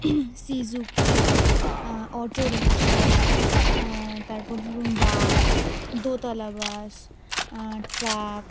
Suzuki auto rickshaw তারপর ধরুন bus দোতলা বাস ট্রাক